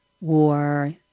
war